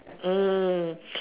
mm